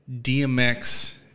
DMX